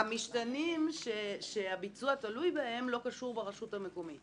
המשתנים שהביצוע תלוי בהם לא קשורים ברשות המקומית,